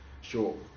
Sure